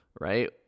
right